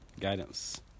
guidance